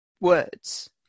words